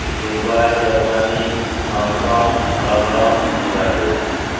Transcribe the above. Dubai Germany Hong Kong London Singapore